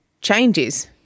changes